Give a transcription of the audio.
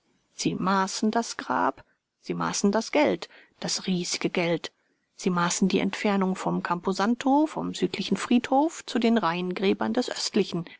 sie maßen das grab sie maßen das geld das riesige geld sie maßen die entfernung vom camposanto vom südlichen friedhof zu den reihengräbern des östlichen